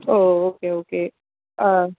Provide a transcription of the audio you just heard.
ஓ okay okay ஆ